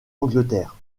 angleterre